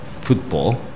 football